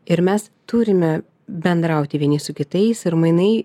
ir mes turime bendrauti vieni su kitais ir mainai